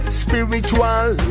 spiritual